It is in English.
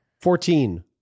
Fourteen